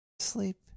sleep